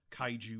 Kaiju